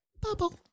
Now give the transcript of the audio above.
bubble